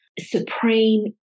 supreme